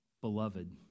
beloved